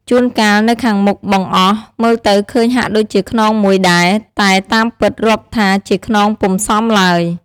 ជួនកាល នៅខាងមុខបង្អស់ មើលទៅឃើញហាក់ដូចជាខ្នងមួយដែរ តែតាមពិតរាប់ថាជាខ្នងពុំសមឡើយ។